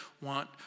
want